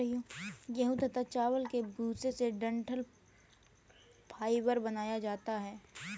गेहूं तथा चावल के भूसे से डठंल फाइबर बनाया जाता है